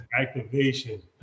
Activation